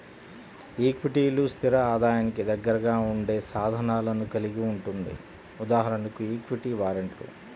ఈక్విటీలు, స్థిర ఆదాయానికి దగ్గరగా ఉండే సాధనాలను కలిగి ఉంటుంది.ఉదాహరణకు ఈక్విటీ వారెంట్లు